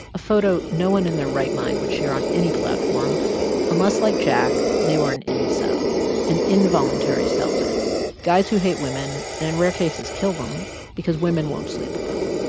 a photo no one in their right mind would share on any platform unless, like jack, they were an incel an involuntary celibate guys who hate women and in rare cases kill them because women won't sleep with them